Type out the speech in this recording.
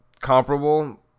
comparable